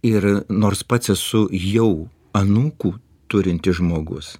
ir nors pats esu jau anūkų turintis žmogus